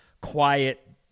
quiet